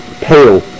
pale